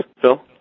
Phil